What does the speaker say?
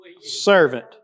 servant